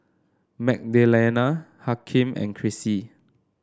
Magdalena Hakeem and Chrissie